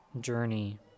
journey